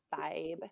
vibe